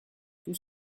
tout